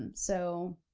um so,